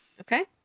okay